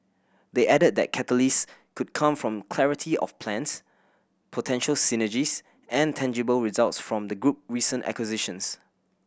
they added that catalyst could come from clarity of plans potential synergies and tangible results from the group recent acquisitions